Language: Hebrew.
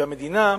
והמדינה,